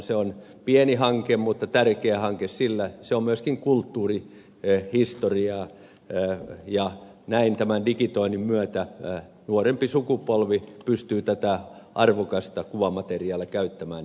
se on pieni hanke mutta tärkeä hanke sillä se on myöskin kulttuurihistoriaa ja näin tämän digitoinnin myötä nuorempi sukupolvi pystyy tätä arvokasta kuvamateriaalia käyttämään jatkossa